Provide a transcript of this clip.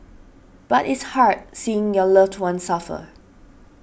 but it's hard seeing your loved one suffer